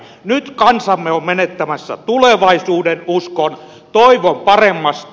nyt kansamme on menettämässä tulevaisuudenuskon toivon paremmasta